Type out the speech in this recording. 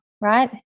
right